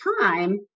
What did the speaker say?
time